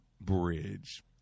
bridge